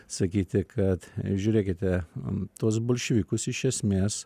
sakyti kad žiūrėkite tuos bolševikus iš esmės